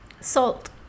Salt